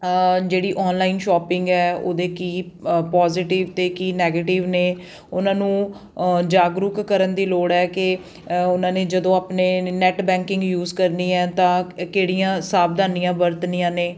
ਜਿਹੜੀ online shopping ਹੈ ਉਹਦੇ ਕੀ ਪੋਜੀਟਿਵ ਅਤੇ ਕੀ ਨੈਗੇਟਿਵ ਨੇ ਉਹਨਾਂ ਨੂੰ ਜਾਗਰੂਕ ਕਰਨ ਦੀ ਲੋੜ ਹੈ ਕਿ ਉਹਨਾਂ ਨੇ ਜਦੋਂ ਆਪਣੇ ਨੈਟ ਬੈਂਕਿੰਗ ਯੂਜ ਕਰਨੀ ਹੈ ਤਾਂ ਕਿਹੜੀਆਂ ਸਾਵਧਾਨੀਆਂ ਵਰਤਣੀਆਂ ਨੇ